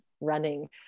running